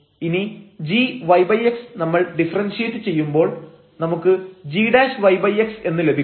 ഇനി gyx നമ്മൾ differentiate ചെയ്യുമ്പോൾ നമുക്ക് g'yx എന്ന് ലഭിക്കും